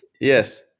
yes